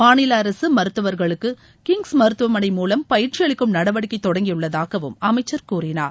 மாநில அரசு மருத்துவர்களுக்கு கிங்ஸ் மருத்துவமனை மூவம் பயிற்சி அளிக்கும் நடவடிக்கை தொடங்கியுள்ளதாக அமைச்சர் கூறினார்